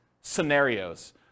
scenarios